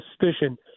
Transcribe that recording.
suspicion